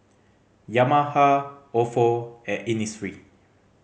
Yamaha Ofo and Innisfree